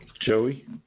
Joey